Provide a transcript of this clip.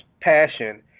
passion